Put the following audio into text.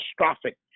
catastrophic